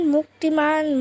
Muktiman